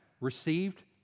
received